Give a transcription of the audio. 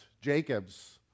Jacob's